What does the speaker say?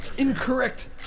Incorrect